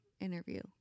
interview